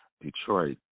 Detroit